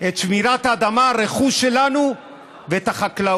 את שמירת האדמה, הרכוש שלנו והחקלאות.